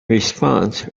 response